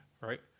right